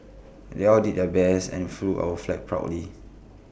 they all did their best and flew our flag proudly